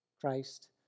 Christ